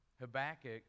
Habakkuk